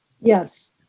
yes.